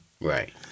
Right